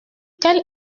quel